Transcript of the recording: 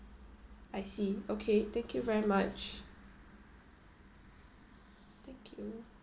I see okay thank you very much thank you